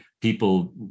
people